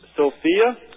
Sophia